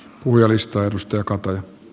arvoisa puhemies